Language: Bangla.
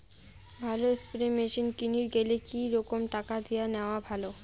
ভালো স্প্রে মেশিন কিনির গেলে কি রকম টাকা দিয়া নেওয়া ভালো?